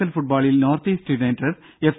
L ഫുട്ബോളിൽ north east united F